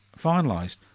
finalised